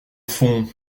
fond